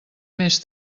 més